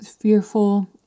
fearful